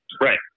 Right